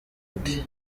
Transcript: indi